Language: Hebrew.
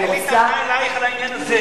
אני רוצה, אין לי טענה אלייך על העניין הזה.